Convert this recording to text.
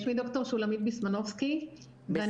אני